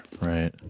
right